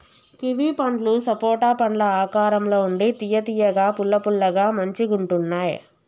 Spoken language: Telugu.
కివి పండ్లు సపోటా పండ్ల ఆకారం ల ఉండి తియ్య తియ్యగా పుల్ల పుల్లగా మంచిగుంటున్నాయ్